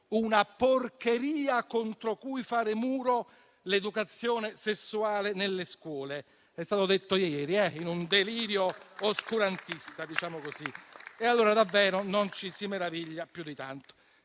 una porcheria contro cui fare muro l'educazione sessuale nelle scuole. È stato detto ieri, in un delirio oscurantista, e perciò davvero non ci si meraviglia più di tanto.